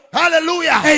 hallelujah